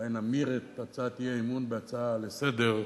שאולי נמיר את הצעת האי-אמון בהצעה לסדר-היום.